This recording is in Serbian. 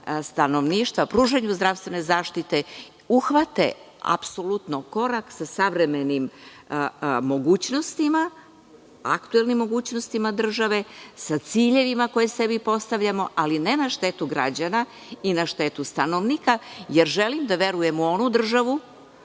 stanovništva, pružanju zdravstvene zaštite, uhvate apsolutno korak sa savremenim mogućnostima, aktuelnim mogućnostima države, sa ciljevima koje sebi postavljamo, ali ne na štetu građana i na štetu stanovnika. Želim da verujem u onu državu